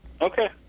Okay